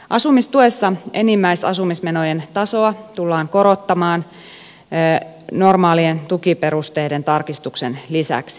asumistuessa enimmäisasumismenojen tasoa tullaan korottamaan normaalien tukiperusteiden tarkistuksen lisäksi